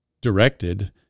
directed